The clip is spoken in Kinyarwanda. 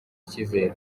icyizere